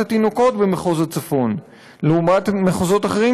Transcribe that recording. התינוקות במחוז הצפון לעומת מחוזות אחרים,